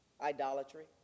Idolatry